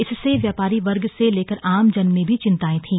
इससे व्यापारी वर्ग से लेकर आम जन में भी चिंताएं थी